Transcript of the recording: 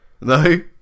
No